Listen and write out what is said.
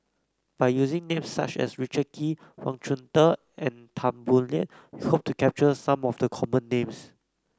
by using names such as Richard Kee Wang Chunde and Tan Boo Liat we hope to capture some of the common names